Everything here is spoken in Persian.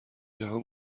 جهان